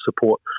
support